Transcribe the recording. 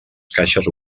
caixes